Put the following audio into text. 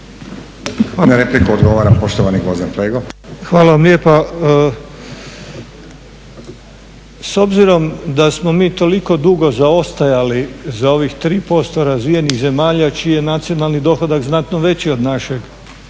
Hvala vam lijepa. S obzirom da smo mi toliko dugo zaostajali za ovih 3% razvijenih zemalja čiji je nacionalni dohodak znatno veći od našeg